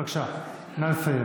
בבקשה, נא לסיים.